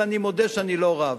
אבל אני מודה שאני לא רב.